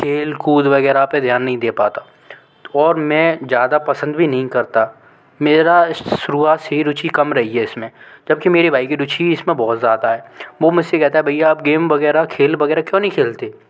खेल कूद वग़ैरह पर ध्यान नहीं दे पाता हूँ और मैं ज़्यादा पसंद भी नहीं करता मेरी शुरुआत से ही रुचि कम रही है इस में जब कि मेरे भाई की रुचि इस में बहुत ज़्यादा है वो मुझ से कहता है भैया आप गेम वग़ैरह खेल वग़ैरह क्यों नहीं खेलते